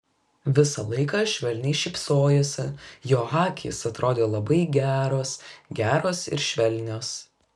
visą laiką švelniai šypsojosi jo akys atrodė labai geros geros ir švelnios